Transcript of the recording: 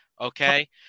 Okay